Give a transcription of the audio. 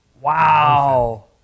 Wow